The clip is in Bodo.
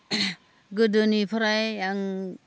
गोदोनिफ्राय आं